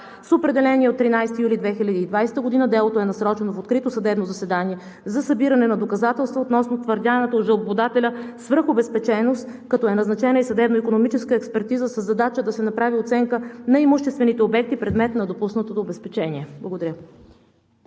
С определение от 13 юли 2020 г. делото е насрочено в открито съдебно заседание за събиране на доказателства относно твърдяната от жалбоподателя свръхобезпеченост, като е назначена и съдебно-икономическа експертиза със задача да се направи оценка на имуществените обекти, предмет на допуснатото обезпечение. Благодаря.